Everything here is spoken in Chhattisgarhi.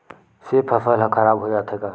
से फसल ह खराब हो जाथे का?